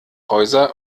häuser